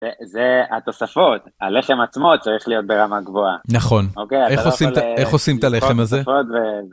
זה התוספות הלחם עצמו צריך להיות ברמה גבוהה נכון איך עושים איך עושים את הלחם הזה.